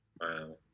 Wow